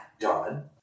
done